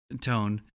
Tone